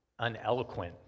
uneloquent